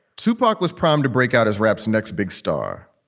tupac was primed to break out his raps next big star.